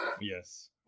Yes